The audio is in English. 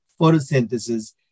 photosynthesis